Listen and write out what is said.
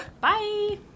Bye